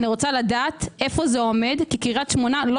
אני רוצה לדעת איפה זה עומד כי קריית שמונה לא